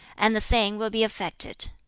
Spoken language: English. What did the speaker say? and the thing will be effected.